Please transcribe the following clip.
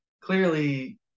clearly